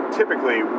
typically